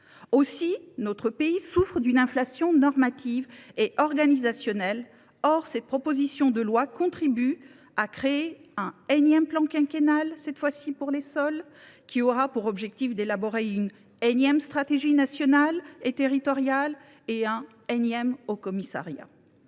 que notre pays souffre déjà d’une inflation normative et organisationnelle, cette proposition de loi contribue à créer un énième plan quinquennal, cette fois ci pour les sols, qui aura pour objectif d’élaborer une énième stratégie nationale et territoriale et un énième haut commissariat…